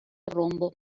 rombo